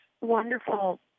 wonderful